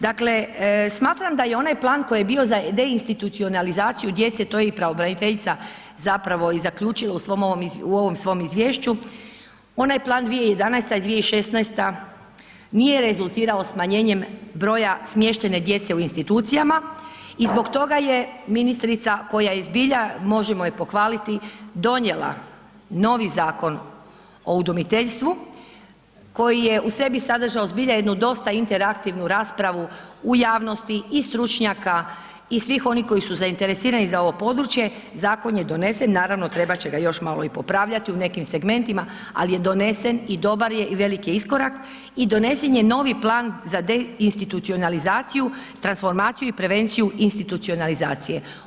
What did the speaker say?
Dakle, smatram da je onaj plan, koji je bio za deinstitucionalizaciju djece, to je i pravobraniteljica zapravo i zaključila, u ovom svom izvješću, onaj plan 2011.-2016. nije rezultirao smanjenje broja smještenih djece u institucijama i zbog toga je ministrica, koja je zbilja, možemo ju pohvaliti, donijela novi Zakon o udomiteljstvu, koji je u sebi sadržao, dosta interaktivnu raspravu u javnosti i stručnjaka i svih onih koji su zainteresirani za ovo područje, zakon je donesen, naravno trebati će ga još malo popravljati u nekim segmentima, ali je donesen i dobar je i veliki je iskorak i donesen je novi plan za deinstitucionalizaciju, transformaciju i prevenciju institucionalizacije.